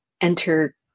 enter